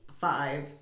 five